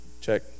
Check